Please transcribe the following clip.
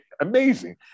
Amazing